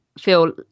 feel